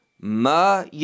ma